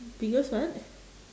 biggest what